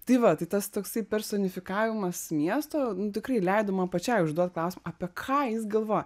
tai va tai tas toksai personifikavimas miesto nu tikrai leido man pačiai užduot klausimą apie ką jis galvoja